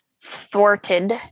thwarted